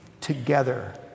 together